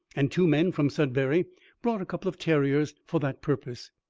and two men from sudbury brought a couple of terriers for that purpose.